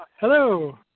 hello